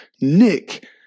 Nick